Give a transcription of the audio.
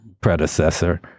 predecessor